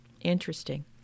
interesting